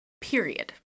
period